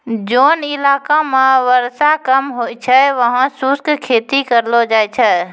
जोन इलाका मॅ वर्षा कम होय छै वहाँ शुष्क खेती करलो जाय छै